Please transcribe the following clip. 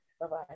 Bye-bye